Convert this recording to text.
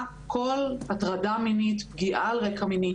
כל הטרדה מינית או פגיעה על רגע מיני.